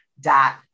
dot